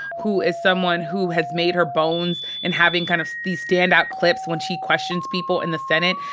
who is someone who has made her bones in having kind of these standout clips when she questions people in the senate.